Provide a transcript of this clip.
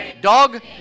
Dog